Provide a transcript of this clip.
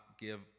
give